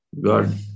God